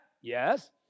Yes